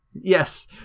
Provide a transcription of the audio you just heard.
yes